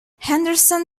henderson